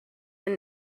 than